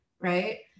right